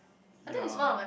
yea